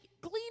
glean